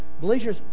bleachers